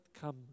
come